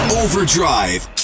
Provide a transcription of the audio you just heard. overdrive